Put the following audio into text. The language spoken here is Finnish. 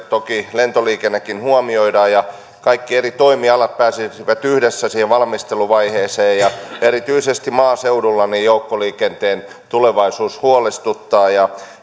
toki lentoliikennekin huomioidaan ja kaikki eri toimialat pääsisivät yhdessä siihen valmisteluvaiheeseen erityisesti maaseudulla joukkoliikenteen tulevaisuus huolestuttaa